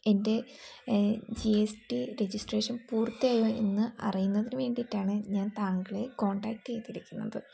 എൻ്റെ G S T registration പൂർത്തിയായോ എന്ന് അറിയുന്നതിന് വേണ്ടിയിട്ടാണ് ഞാൻ താങ്കളെ കോൺടാക്റ്റ് ചെയ്തിരിക്കുന്നത്